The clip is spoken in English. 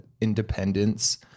independence